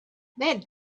that